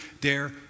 dare